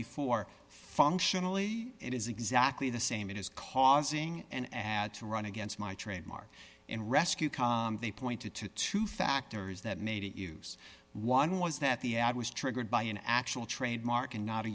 before functionally it is exactly the same it is causing an ad to run against my trademark in rescue they pointed to two factors that made it use one was that the ad was triggered by an actual trademark and no